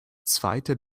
zweite